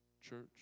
Church